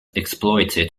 exploited